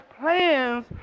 plans